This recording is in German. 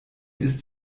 ist